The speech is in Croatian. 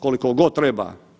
Koliko god treba.